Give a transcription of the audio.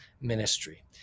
ministry